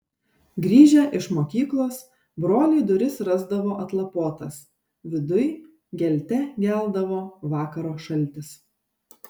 grįžę iš mokyklos broliai duris rasdavo atlapotas viduj gelte geldavo vakaro šaltis